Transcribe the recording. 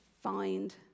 find